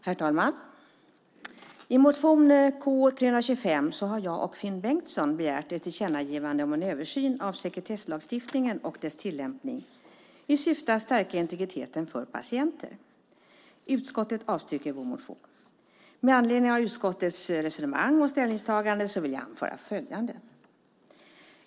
Herr talman! I motion K325 har jag och Finn Bengtsson begärt ett tillkännagivande om en översyn av sekretesslagstiftningen och dess tillämpning i syfte att stärka integriteten för patienter. Utskottet avstyrker vår motion. Med anledning av utskottets resonemang och ställningstagande vill jag anföra följande.